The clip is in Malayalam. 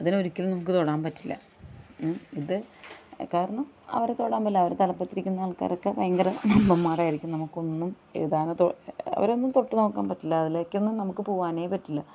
അതിനെ ഒരിക്കലും നമുക്ക് തൊടാൻ പറ്റത്തില്ല ഇത് കാരണം അവരെ തൊടാൻ പറ്റത്തില്ല അവര് തലപ്പത്തിരിക്കുന്ന ആൾക്കാരൊക്കെ ഭയങ്കര വില്ലന്മാരായിരിക്കും നമുക്കൊന്നും എഴുതാനത് അവരെയൊന്നും തൊട്ട് നോക്കാൻ പറ്റത്തില്ല അതിലേക്കൊന്നും നമുക്ക് പോകാനെ പറ്റില്ല